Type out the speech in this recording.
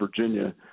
Virginia